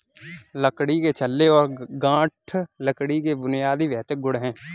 लकड़ी के छल्ले और गांठ लकड़ी के बुनियादी भौतिक गुण हैं